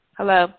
Hello